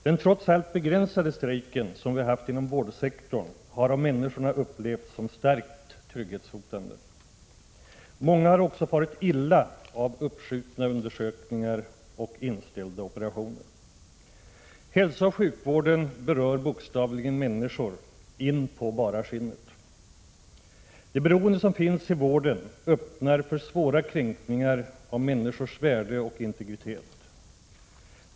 Den trots allt begränsade strejken som vi haft inom vårdsektorn har av människorna upplevts som starkt trygghetshotande. Många har också farit illa av uppskjutna undersökningar och inställda operationer. Hälsooch sjukvården berör bokstavligen människor in på bara skinnet. Det beroende som finns i vården öppnar för svåra kränkningar av människors värde och integritet.